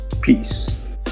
Peace